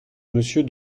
monsieur